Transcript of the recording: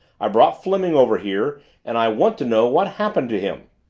i brought fleming over here and i want to know what happened to him!